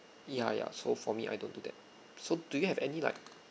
ya ya so for me I don't do that so do you have any like